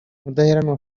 mudaheranwa